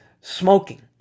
Smoking